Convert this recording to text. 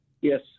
Yes